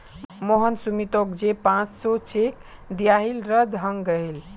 मोहन सुमीतोक जे पांच सौर चेक दियाहिल रद्द हंग गहील